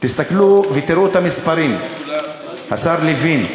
תסתכלו ותראו את המספרים, השר לוין,